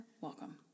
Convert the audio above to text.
welcome